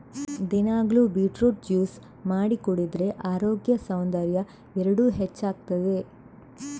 ದಿನಾಗ್ಲೂ beetroot juice ಮಾಡಿ ಕುಡಿದ್ರೆ ಅರೋಗ್ಯ ಸೌಂದರ್ಯ ಎರಡೂ ಹೆಚ್ಚಾಗ್ತದೆ